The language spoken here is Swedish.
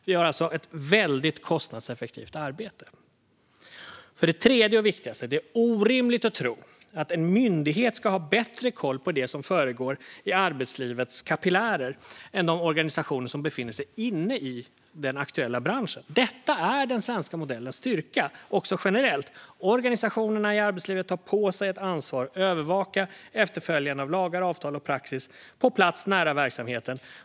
Vi har alltså ett väldigt kostnadseffektivt arbete. För det tredje - och det är det viktigaste - är det orimligt att tro att en myndighet ska ha bättre koll på det som försiggår i arbetslivets kapillärer än de organisationer som befinner sig inne i den aktuella branschen. Detta är den svenska modellens styrka också generellt. Organisationerna i arbetslivet tar på sig ett ansvar att övervaka efterlevnaden av lagar, avtal och praxis på plats, nära verksamheten.